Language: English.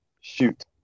Shoot